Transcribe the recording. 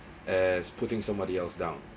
as putting somebody else down